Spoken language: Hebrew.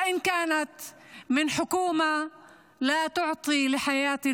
אשר החליטה לצאת כדי להשמיע קול זעקה בתקווה שתגיע אל האוזן החירשת,